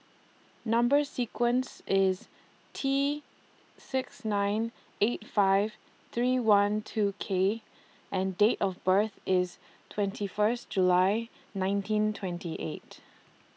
Number sequence IS T six nine eight five three one two K and Date of birth IS twenty First July nineteen twenty eight